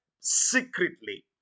secretly